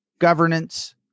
governance